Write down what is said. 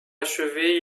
achevée